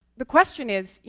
the question is,